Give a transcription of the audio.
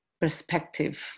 perspective